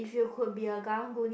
if you could be a Karang-Guni